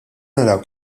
naraw